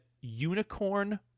unicorn